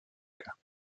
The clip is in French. cas